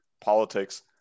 politics